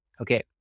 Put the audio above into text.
Okay